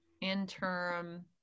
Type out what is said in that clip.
Interim